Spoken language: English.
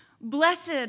blessed